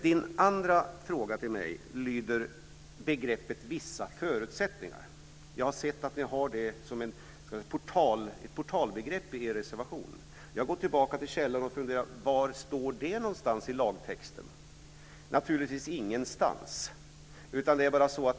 Ewa Larssons andra fråga gällde begreppet "vissa förutsättningar". Jag har sett att ni har det som ett portalbegrepp i er reservation. Jag går tillbaka till källan och funderar över var detta står i lagtexten. Det är naturligtvis ingenstans.